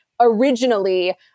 originally